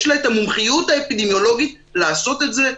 יש לה את המומחיות האפידמיולוגית לעשות את זה?